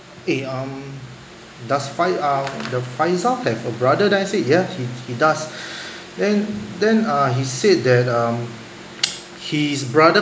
eh um does fai~ ah does faisal have a brother then I said yeah he he does then then uh he said that um his brother